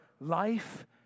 life